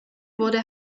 wurde